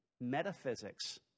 Metaphysics